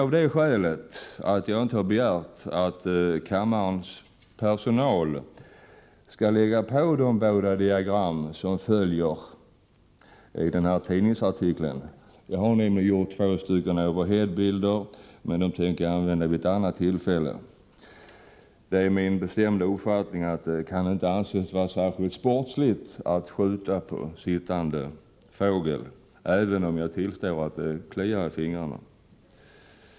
Av det skälet har jag inte begärt att kammarens personal skall visa de båda diagram som finns i den nämnda tidningsartikeln. Jag har nämligen gjort två overheadbilder, men dessa tänker jag använda vid ett annat tillfälle. Det är min bestämda uppfattning att det inte kan anses vara särskilt sportsligt att skjuta på sittande fågel, även om jag tillstår att det kliar i fingrarna.